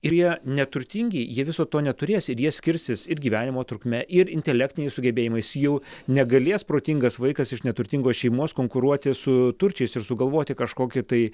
ir jie neturtingi jie viso to neturės ir jie skirsis ir gyvenimo trukme ir intelektiniais sugebėjimais jau negalės protingas vaikas iš neturtingos šeimos konkuruoti su turčiais ir sugalvoti kažkokį tai